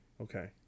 Okay